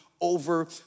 over